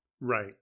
Right